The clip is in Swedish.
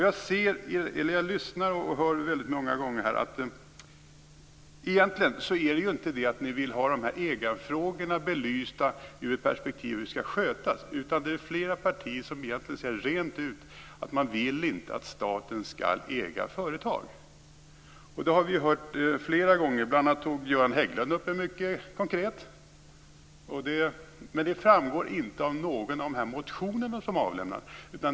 Jag lyssnar och jag hör många gånger att ni egentligen inte vill ha ägarfrågorna belysta utifrån frågan om hur de skall skötas. Det är flera partier som säger rent ut att man inte vill att staten skall äga företag. Det har vi hört flera gånger. Göran Hägglund tog bl.a. upp det mycket konkret. Men det framgår inte av någon av de motioner som lämnats.